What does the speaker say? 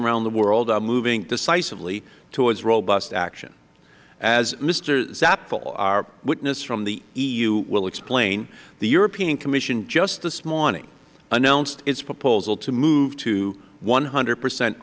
around the world are moving decisively towards robust action as mister zapfel our witness from the eu will explain the european commission just this morning announced its proposal to move to one hundred percent